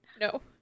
no